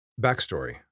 Backstory